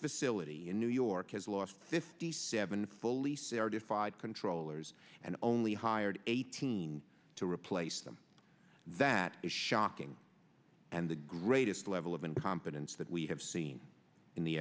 facility in new york has lost fifty seven fully certified controllers and only hired eighteen to replace them that is shocking and the greatest level of incompetence that we have seen in the